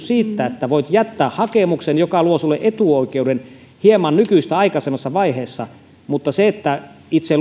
siitä että voit jättää hakemuksen joka luo sinulle etuoikeuden hieman nykyistä aikaisemmassa vaiheessa mutta itse